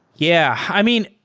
yeah. i mean,